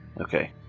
Okay